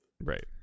right